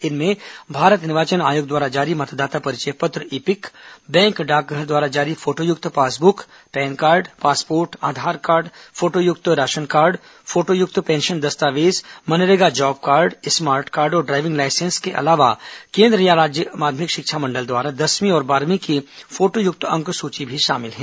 इनमें भारत निर्वाचन आयोग द्वारा जारी मतदाता परिचय पत्र इपिक बैंक डाकघर द्वारा जारी फोटोयुक्त passbook PAN card passport Aadhaar card फोटोयुक्त राशन कार्ड फोटोयुक्त पेंशन दस्तावेज मनरेगा जॉब कार्ड स्मार्ट कार्ड और ड्रायविंग लाइसेंस के अलावा केन्द्र या राज्य माध्यमिक शिक्षा मंडल द्वारा दसवीं और बारहवीं की फोटोयुक्त अंकसूची शामिल हैं